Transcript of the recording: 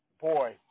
boy